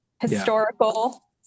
historical